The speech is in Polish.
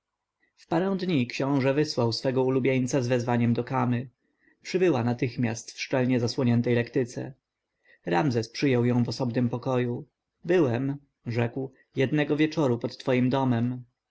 parę dni książę wysłał swego ulubieńca z wezwaniem do kamy przybyła natychmiast w szczelnie zasłoniętej lektyce ramzes przyjął ją w osobnym pokoju byłem rzekł jednego wieczora pod twoim domem